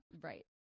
right